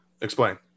Explain